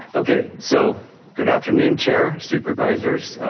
okay, so good afternoon chair, supervisors.